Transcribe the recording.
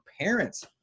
parents